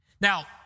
Now